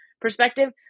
perspective